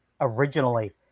originally